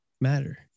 matter